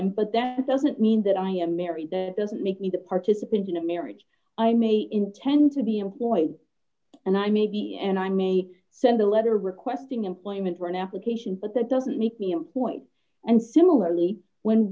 them but that doesn't mean that i am married the doesn't make me the participant in a marriage i may intend to be employed and i may be and i may send a letter requesting employment for an application but that doesn't make me a point and similarly when